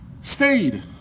stayed